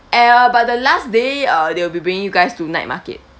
eh uh but the last day uh they'll be bringing you guys to night market